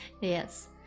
yes